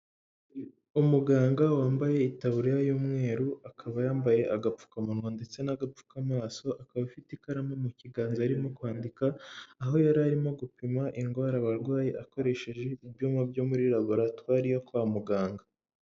Umuganga wambaye itaburiya y'umweru akaba yambaye agapfukamunwa ndetse n'agapfukamaso, akaba afite ikaramu mu kiganza arimo kwandika aho yari arimo gupima indwara abarwayi akoresheje ibyuma byo muri laboratwari yo kwa muganga.